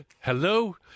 Hello